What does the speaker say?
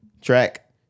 track